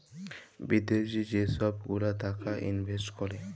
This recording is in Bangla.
বিদ্যাশি যে ছব গুলা টাকা ইলভেস্ট ক্যরে